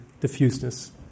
diffuseness